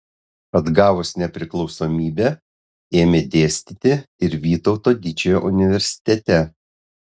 atgavus nepriklausomybę ėmė dėstyti ir vytauto didžiojo universitete